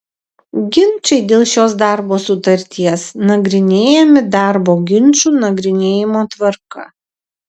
ginčai dėl šios darbo sutarties nagrinėjami darbo ginčų nagrinėjimo tvarka